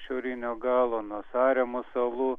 šiaurinio galo nuo saremo salų